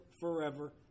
forever